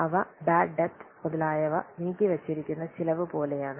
അവ ബാഡ് ടെബ്റ്റ് മുതലായവ നീക്കിവച്ചിരിക്കുന്ന ചെലവ് പോലെയാണ്